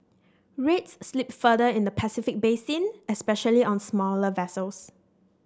rates slipped further in the Pacific basin especially on smaller vessels